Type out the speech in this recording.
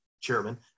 Chairman